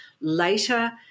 later